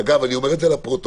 אגב, אני אומר לפרוטוקול: